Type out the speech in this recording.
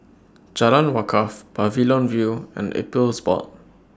Jalan Wakaff Pavilion View and Appeals Board